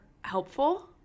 helpful